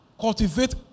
cultivate